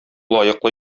лаеклы